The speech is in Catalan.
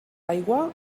aigua